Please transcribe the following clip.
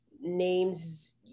names